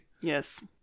Yes